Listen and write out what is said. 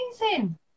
amazing